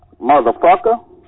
Motherfucker